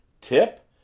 tip